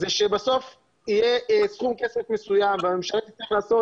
בסוף יהיה סכום כסף מסוים והממשלה תצטרך לעשות